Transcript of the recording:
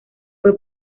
fue